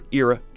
era